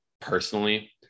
personally